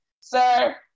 sir